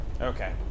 Okay